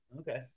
Okay